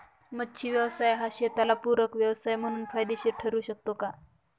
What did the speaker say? मच्छी व्यवसाय हा शेताला पूरक व्यवसाय म्हणून फायदेशीर ठरु शकतो का?